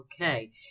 Okay